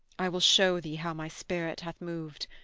i will show thee how my spirit hath moved.